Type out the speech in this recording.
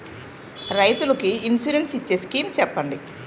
రైతులు కి ఇన్సురెన్స్ ఇచ్చే స్కీమ్స్ చెప్పండి?